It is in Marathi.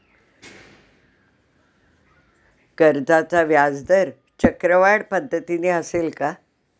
कर्जाचा व्याजदर चक्रवाढ पद्धतीने असेल का?